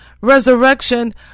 resurrection